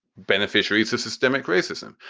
beneficiary. it's the systemic racism.